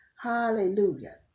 Hallelujah